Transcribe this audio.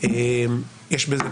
רשמית,